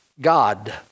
God